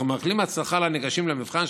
אנחנו מאחלים הצלחה לניגשים למבחן,